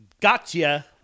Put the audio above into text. gotcha